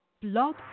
Blog